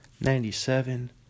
Ninety-seven